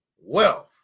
wealth